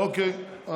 אוקיי.